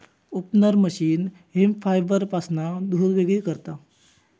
opener machine hemp फायबरपासना धुळ वेगळी करता